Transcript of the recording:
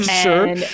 Sure